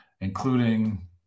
including